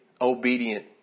obedient